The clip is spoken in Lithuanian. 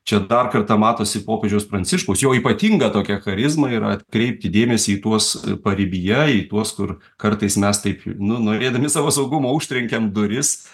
čia dar kartą matosi popiežiaus pranciškaus jo ypatinga tokia charizma yra atkreipti dėmesį į tuos paribyje į tuos kur kartais mes taip nu norėdami savo saugumo užtrenkiam duris